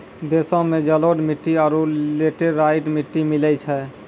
देशो मे जलोढ़ मट्टी आरु लेटेराइट मट्टी मिलै छै